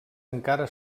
encara